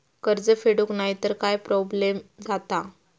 कर्ज फेडूक नाय तर काय प्रोब्लेम जाता?